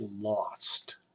lost